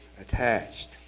attached